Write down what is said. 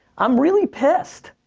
i'm really pissed.